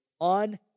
on